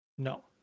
No